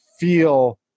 feel